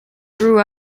grew